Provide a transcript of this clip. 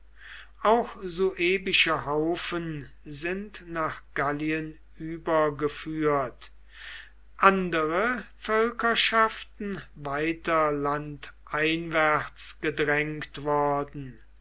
auch suebische haufen sind nach gallien übergeführt andere völkerschaften weiter landeinwärts gedrängt worden